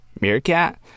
meerkat